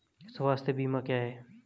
स्वास्थ्य बीमा क्या है?